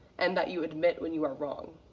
and that you admit when you are wrong,